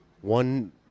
one